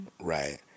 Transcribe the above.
right